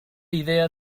idea